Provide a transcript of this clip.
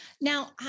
Now